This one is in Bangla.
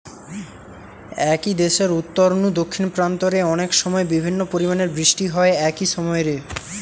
একই দেশের উত্তর নু দক্ষিণ প্রান্ত রে অনেকসময় বিভিন্ন পরিমাণের বৃষ্টি হয় একই সময় রে